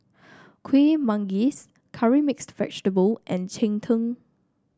Kueh Manggis Curry Mixed Vegetable and Cheng Tng